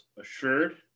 assured